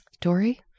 Dory